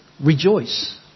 rejoice